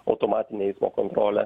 automatinė eismo kontrolė